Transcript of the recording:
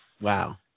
Wow